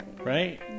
right